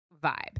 vibe